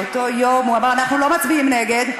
באותו יום הוא אמר: אנחנו לא מצביעים נגד.